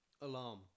alarm